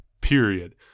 Period